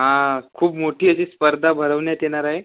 हा खूप मोठी अशी स्पर्धा भरवण्यात येणार आहे